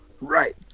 Right